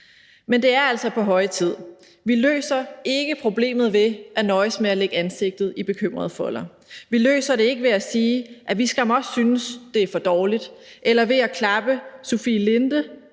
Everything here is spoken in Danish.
Men det er altså på høje tid, for vi løser ikke problemet ved at nøjes med at lægge ansigtet i bekymrede folder, og vi løser det ikke ved at sige, at vi skam også synes, at det er for dårligt, eller ved at klappe Sofie Linde,